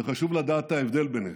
וחשוב לדעת את ההבדל ביניהם.